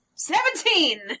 Seventeen